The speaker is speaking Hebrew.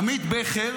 עמית בכר,